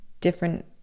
different